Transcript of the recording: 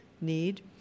need